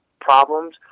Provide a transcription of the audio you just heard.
problems